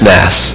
Mass